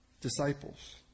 Disciples